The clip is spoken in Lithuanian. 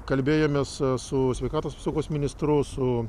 kalbėjomės su sveikatos apsaugos ministru su